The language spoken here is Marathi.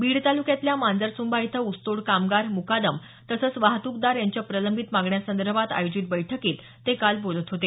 बीड तालुक्यातल्या मांजरसुभा इथं ऊसतोड कामगार मुकादम तसंच वाहतूकदार यांच्या प्रलंबित मागण्यांसंदर्भात आयोजित बैठकीत ते काल बोलत होते